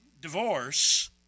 divorce